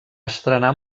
estrenar